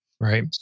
Right